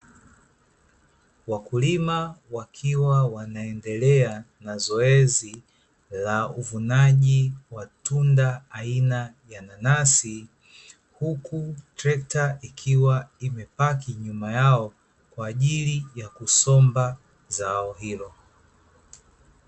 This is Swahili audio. Wakulima wakiwa wanaendelea na zoezi la uvunaji wa tunda aina ya nanasi, huku trekta ikiwa imepaki nyuma yao, kwa ajili ya kusomba zao hilo.